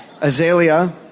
Azalea